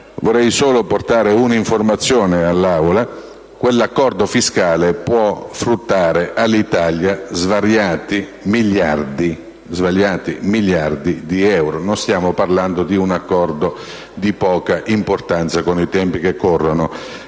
Vorrei solo portare una informazione all'Assemblea: quell'accordo fiscale può fruttare all'Italia svariati miliardi di euro, non stiamo parlando di un accordo di poca importanza con i tempi che corrono.